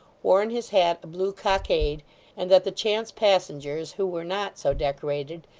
wore in his hat a blue cockade and that the chance passengers who were not so decorated,